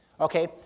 okay